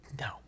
No